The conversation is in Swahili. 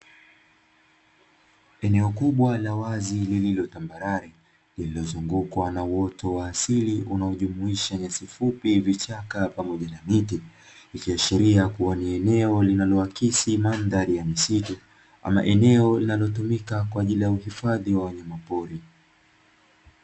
Eneo kubwa la wazi lilo tambarare lilozungukwa na miti pamoja na miti mifupi linaloonyesha ni eneo linalohusika kwaajili ya kilimo cha haidropodi